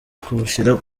kuwushyira